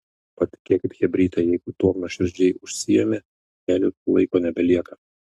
patikėkit chebryte jeigu tuom nuoširdžiai užsiimi telikui laiko nebelieka